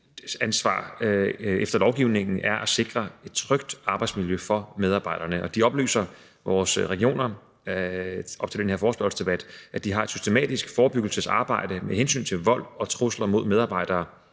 ansvar efter lovgivningen er at sikre et trygt arbejdsmiljø for medarbejderne. Vores regioner oplyser op til den her forespørgselsdebat, at de har et systematisk forebyggelsesarbejde med hensyn til vold og trusler mod medarbejdere.